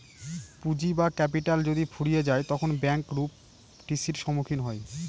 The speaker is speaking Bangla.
পুঁজি বা ক্যাপিটাল যদি ফুরিয়ে যায় তখন ব্যাঙ্ক রূপ টি.সির সম্মুখীন হয়